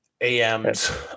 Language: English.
AMs